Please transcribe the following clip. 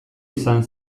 izan